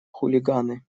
хулиганы